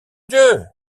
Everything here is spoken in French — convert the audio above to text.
dieu